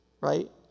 Right